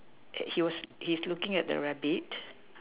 he's looking at the rabbit